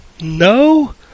No